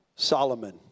Solomon